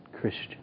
Christian